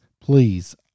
please